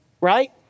right